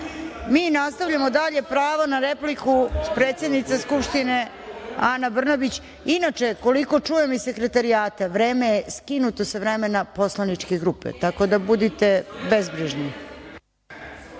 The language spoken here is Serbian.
nastavljamo dalje. Pravo na repliku predsednica Skupštine Ana Brnabić. Inače, koliko čijem iz Sekretarijata, vreme je skinuto je sa vremena poslaničke grupe. Tako da, budite bezbrižni.